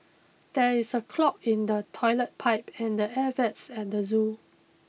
there is a clog in the toilet pipe and the air vents at the zoo